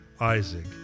Isaac